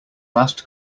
last